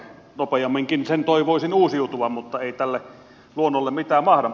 nopeamminkin sen toivoisin uusiutuvan mutta ei luonnolle mitään mahda